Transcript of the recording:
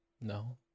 No